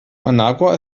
managua